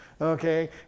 Okay